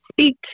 speak